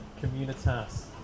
communitas